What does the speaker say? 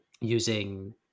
using